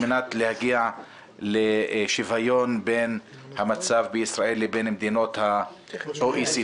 על מנת להגיע לשוויון בין המצב בישראל לבין מדינות ה-OECD.